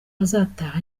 azataha